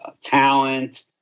talent